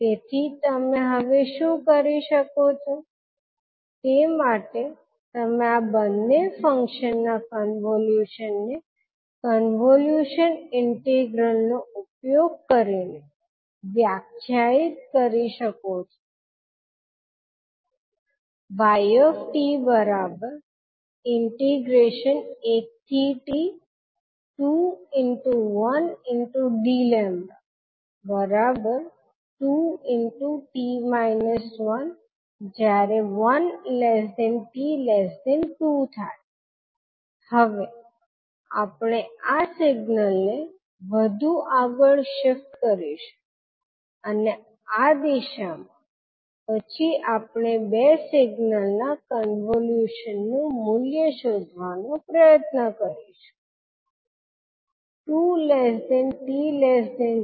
તેથી તમે હવે શું કરી શકો છો તે માટે તમે આ બંને ફંક્શનના કન્વોલ્યુશનને કન્વોલ્યુશન ઇન્ટિગ્રલ નો ઉપયોગ કરીને વ્યાખ્યાયિત કરી શકો છો y1t21dλ2λ1t2t 1 1t2 હવે આપણે આ સિગ્નલ ને વધુ આગળ શિફ્ટ કરીશું અને આ દિશામાં પછી આપણે બે સિગ્નલ ના કન્વોલ્યુશન નું મૂલ્ય શોધવાનો પ્રયત્ન કરીશું 2 𝑡 3